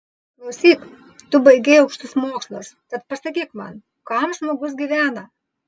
klausyk tu baigei aukštus mokslus tad pasakyk man kam žmogus gyvena